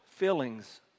Feelings